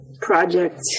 project